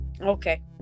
Okay